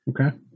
Okay